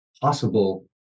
possible